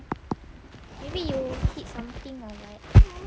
maybe you hit something or like